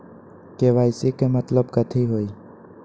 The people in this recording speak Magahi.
के.वाई.सी के मतलब कथी होई?